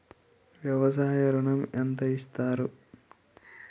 వ్యవసాయ ఋణం ఎంత ఇస్తారు?